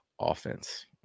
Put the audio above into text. offense